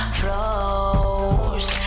flows